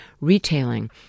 retailing